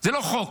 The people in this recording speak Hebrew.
זה לא חוק